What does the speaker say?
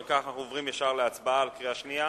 אם כך, אנחנו עוברים ישר להצבעה בקריאה שנייה